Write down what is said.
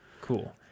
Cool